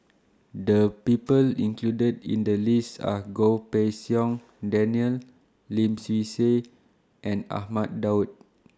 The People included in The list Are Goh Pei Siong Daniel Lim Swee Say and Ahmad Daud